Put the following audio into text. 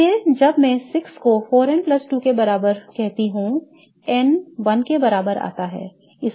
इसलिए जब मैं 6 को 4n 2 के बराबर कहता हूं n 1 के बराबर आता है